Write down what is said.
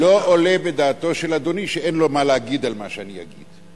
לא עולה בדעתו של אדוני שאין לו מה להגיד על מה שאני אגיד.